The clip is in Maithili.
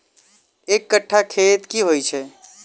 एक कट्ठा खेत की होइ छै?